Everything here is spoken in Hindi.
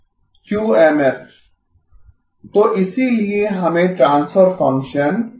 क्यूएमएफ तो इसीलिए हमें ट्रांसफर फंक्शन मिला